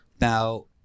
Now